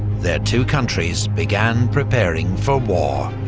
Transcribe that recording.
their two countries began preparing for war.